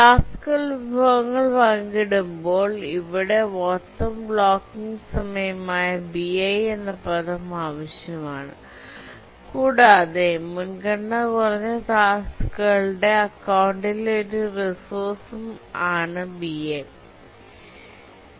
ടാസ്ക്കുകൾ വിഭവങ്ങൾ പങ്കിടുമ്പോൾ ഇവിടെ മൊത്തം ബ്ലോക്കിംഗ് സമയമായ bi എന്ന പദം ആവശ്യമാണ് കൂടാതെ മുൻഗണന കുറഞ്ഞ ടാസ്ക്കുകളുടെ അക്കൌണ്ടിലെ ഒരു റിസോഴ്സുമ് bi ആണ്